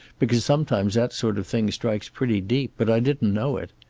because sometimes that sort of thing strikes pretty deep, but i didn't know it.